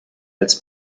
als